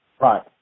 Right